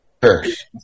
First